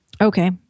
Okay